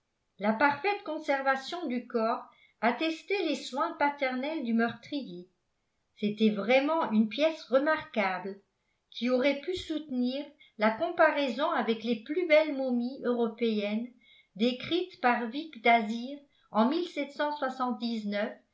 la parfaite conservation du corps attestait les soins paternels du meurtrier c'était vraiment une pièce remarquable qui aurait pu soutenir la comparaison avec les plus belles momies européennes décrites par vicq d'azyr en